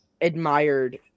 admired